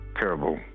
terrible